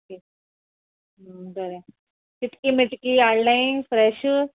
okay बरें चिटकी मिटकी हाडलें फ्रेश